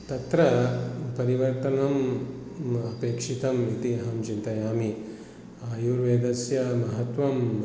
तत्र परिवर्तनम् अपेक्षितम् इति अहं चिन्तयामि आयुर्वेदस्य महत्वम्